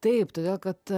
taip todėl kad